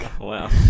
Wow